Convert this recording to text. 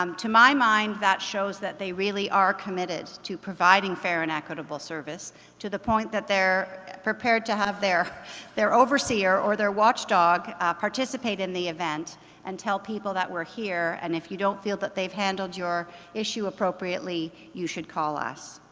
um to my mind that shows that they really are committed to providing fair and equitable service to the point that they're prepared to have their overseer or their watchdog participate in the event and tell people that were here and if you don't feel that they've handled your issue appropriately you should call us.